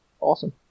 awesome